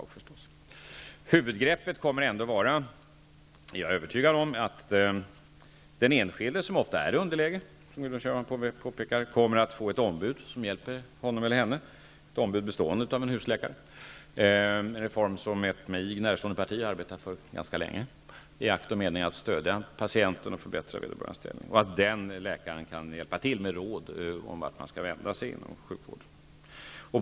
Jag är övertygad om att huvudgreppet ändå kommer att vara att den enskilde -- som ofta är i underläge, som Gudrun Schyman påpekar -- får ett ombud, dvs. en husläkare, som hjälper honom eller henne. Det är en reform som ett mig närstående parti har arbetat för ganska länge, i akt och mening att stödja patienten och förbättra vederbörandes ställning. Den läkaren kan hjälpa till med råd om vart man skall vända sig inom sjukvården.